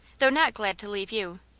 though not glad to leave you.